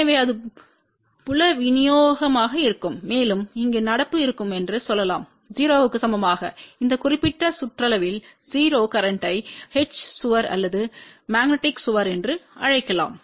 எனவே அது புல விநியோகமாக இருக்கும் மேலும் இங்கு நடப்பு இருக்கும் என்று சொல்லலாம் 0 க்கு சமமாக இந்த குறிப்பிட்ட சுற்றளவில் 0 கரேன்ட்டத்தை H சுவர் அல்லது மேக்னெட்டிக் சுவர் என்றும் அழைக்கலாம்